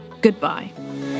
goodbye